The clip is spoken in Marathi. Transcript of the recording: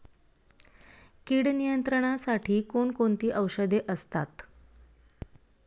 कीड नियंत्रणासाठी कोण कोणती औषधे असतात?